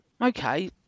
okay